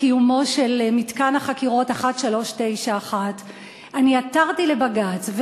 קיומו של מתקן החקירות 1391. אני עתרתי לבג"ץ,